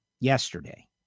yesterday